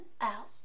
out